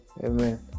Amen